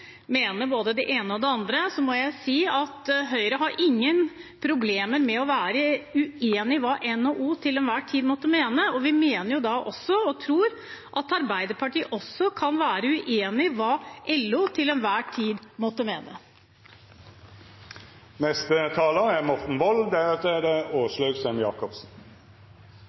mener både det ene og det andre. Da må jeg si at Høyre har ingen problemer med å være uenig i hva NHO til enhver tid måtte mene, og vi tror jo at Arbeiderpartiet også kan være uenig i hva LO til enhver tid måtte mene. Det